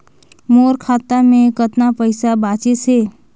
मोर खाता मे कतना पइसा बाचिस हे?